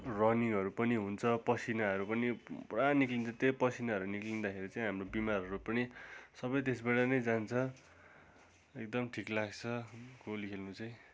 रनिङहरू पनि हुन्छ पसिनाहरू पनि पुरा निक्लिन्छ त्यही पसिनाहरू निक्लिँदाखेरि चाहिँ हाम्रो बिमारहरू पनि सबै त्यसबाट नै जान्छ एकदम ठिक लाग्छ गोली खेल्नु चाहिँ